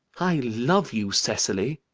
i love you, cecily.